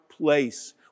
place